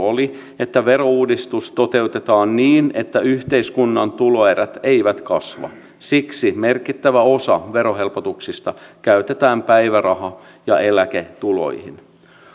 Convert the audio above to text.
oli että verouudistus toteutetaan niin että yhteiskunnan tuloerot eivät kasva siksi merkittävä osa verohelpotuksista käytetään päiväraha ja eläketuloihin